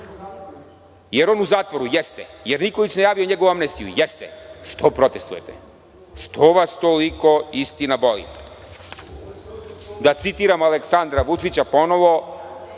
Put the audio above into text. je on u zatvoru? Jeste. Da li je Nikolić najavio njegovu amnestiju? Jeste. Što protestujete? Što vas toliko istina boli? Da citiramo Aleksandra Vučića ponovo?